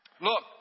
Look